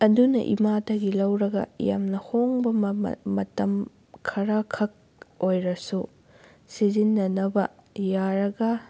ꯑꯗꯨꯅ ꯏꯃꯥꯗꯒꯤ ꯂꯧꯔꯒ ꯌꯥꯝꯅ ꯍꯣꯡꯕ ꯃꯃꯜ ꯃꯇꯝ ꯈꯔꯈꯛ ꯑꯣꯏꯔꯁꯨ ꯁꯤꯖꯤꯟꯅꯅꯕ ꯌꯔꯒ